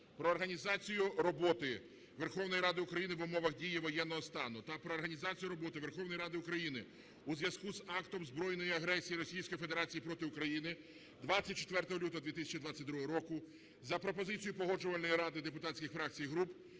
про організацію роботи Верховної Ради України в умовах дії воєнного стану та "Про організацію роботи Верховної Ради України у зв'язку з актом збройної агресії Російської Федерації проти України 24 лютого 2022 року" за пропозицією Погоджувальної ради депутатських фракцій і груп